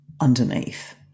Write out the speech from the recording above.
underneath